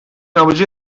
amacı